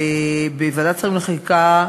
בוועדת השרים לחקיקה,